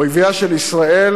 אויביה של ישראל,